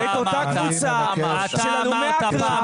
אני לא אמרתי להוריד את הפוסט טראומטיים